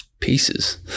pieces